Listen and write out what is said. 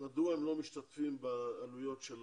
מדוע הם לא משתתפים בעלויות של